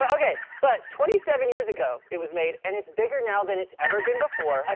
but okay. but twenty seven years ago, it was made, and it's bigger now than it's ever been before.